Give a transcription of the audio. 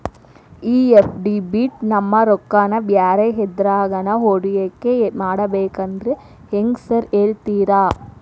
ಈ ಎಫ್.ಡಿ ಬಿಟ್ ನಮ್ ರೊಕ್ಕನಾ ಬ್ಯಾರೆ ಎದ್ರಾಗಾನ ಹೂಡಿಕೆ ಮಾಡಬೇಕಂದ್ರೆ ಹೆಂಗ್ರಿ ಸಾರ್ ಹೇಳ್ತೇರಾ?